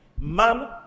man